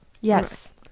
Yes